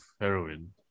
heroin